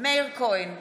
מאיר כהן,